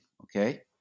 Okay